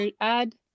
add